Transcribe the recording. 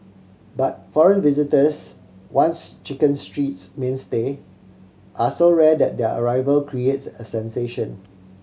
but foreign visitors once Chicken Street's mainstay are so rare that their arrival creates a sensation